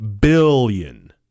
billion